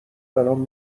برام